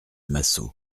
massot